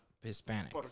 Hispanic